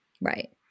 right